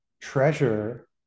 treasure